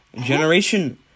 generation